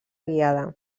guiada